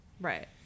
Right